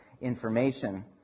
information